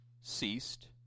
ceased